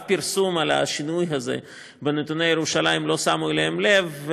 פרסום על השינוי הזה בנתוני ירושלים לא שמו אליהם לב,